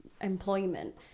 employment